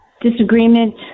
disagreement